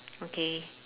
okay